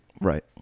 Right